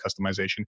customization